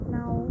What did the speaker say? now